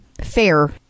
fair